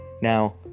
Now